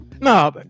No